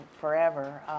forever